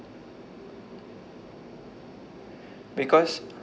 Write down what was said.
because